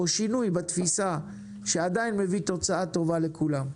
או שינוי בתפיסה, שעדיין מביא תוצאה טובה לכולם.